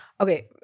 okay